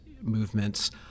movements